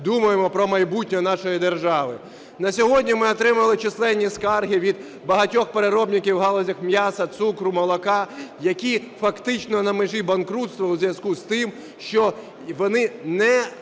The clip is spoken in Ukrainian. думаємо про майбутнє нашої держави. На сьогодні ми отримали численні скарги від багатьох переробників в галузях м'яса, цукру, молока, які фактично на межі банкрутства у зв'язку із тим, що вони не